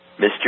Mr